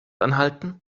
anhalten